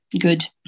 good